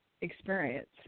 experience